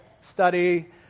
study